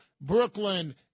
Brooklyn